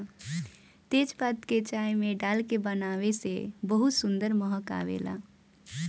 तेजपात के चाय में डाल के बनावे से बहुते सुंदर महक आवेला